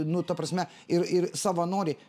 nu ta prasme ir ir savanoriai